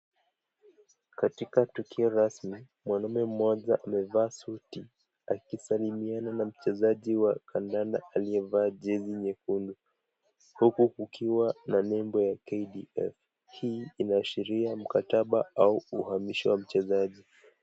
Katika tukio rasmi, wanaume mmoja amevaa suti akisalimiana na mchezaji wa kandanda aliyevaa jezi nyekundu huku kukiwa na nembo ya KDF,hii inaashiria mkataba au uhamisho wa mchezaji.